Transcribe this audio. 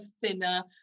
thinner